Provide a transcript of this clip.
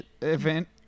event